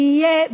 יהיה,